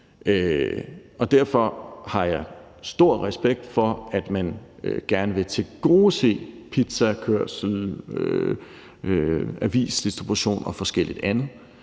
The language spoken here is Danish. kg. Jeg har stor respekt for, at man gerne vil tilgodese pizzakørsel, avisdistribution og forskelligt andet.